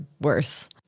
worse